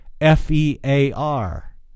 f-e-a-r